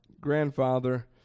grandfather